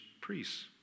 priests